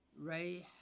Ray